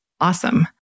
awesome